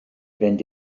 fynd